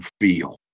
feel